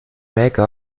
make